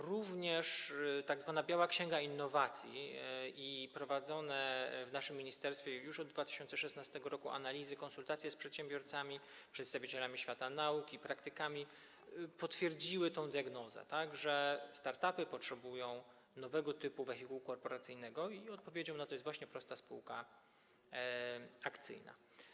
Również tzw. „Biała księga innowacji” i prowadzone w naszym ministerstwie już od 2016 r. analizy, konsultacje z przedsiębiorcami, przedstawicielami świata nauki i praktykami potwierdziły tę diagnozę, że start-upy potrzebują nowego typu wehikułu korporacyjnego, i odpowiedzią na to jest właśnie prosta spółka akcyjna.